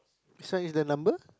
this one is the number